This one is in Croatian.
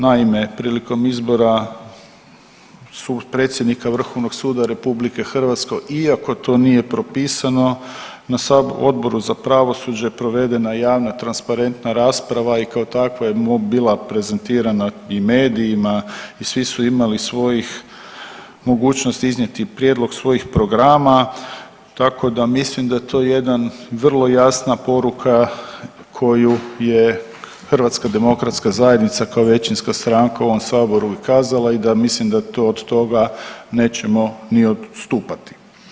Naime, priliko izbora predsjednika Vrhovnog suda RH iako to nije propisano na Odboru za pravosuđe provedena je javna transparentna rasprava i kao takva je bila prezentirana i medijima i svi su imali svojih mogućnosti iznijeti prijedlog svojih programa tako da mislim da je to jedan vrlo jasna poruka koju je HDZ kao većinska stranka u ovom saboru i kazala i da mislim da to od toga nećemo ni odstupati.